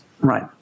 Right